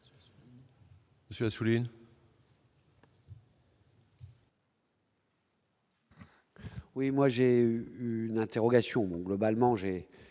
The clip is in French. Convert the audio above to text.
Monsieur Assouline.